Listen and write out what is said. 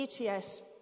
ETS